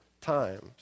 times